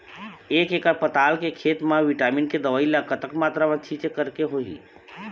एक एकड़ पताल के खेत मा विटामिन के दवई ला कतक मात्रा मा छीचें करके होही?